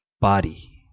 body